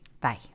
Bye